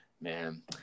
Man